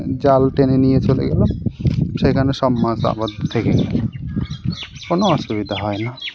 জাল টেনে নিয়ে চলে গেল সেইখানে সব মাছ আবার থেকে গেল কোনো অসুবিধা হয় না